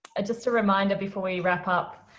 just a reminder before we wrap up,